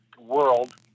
world